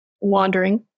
wandering